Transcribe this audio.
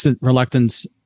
reluctance